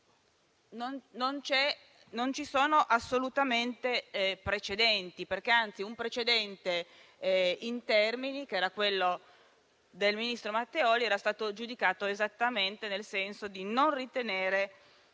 non hanno assolutamente precedenti. Un precedente in termini, quello del ministro Matteoli, era stato giudicato esattamente nel senso di non ritenere